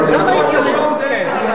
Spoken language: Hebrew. גם ההתיישבות, אני